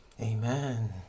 amen